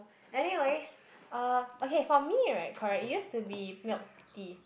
anyways uh okay for me right correct it used to be milk tea